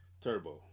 Turbo